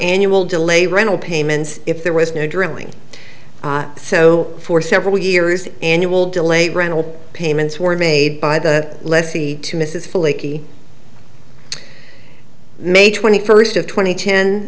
annual delay rental payments if there was no drilling so for several years annual delay rental payments were made by the lessee to mrs flaky may twenty first of tw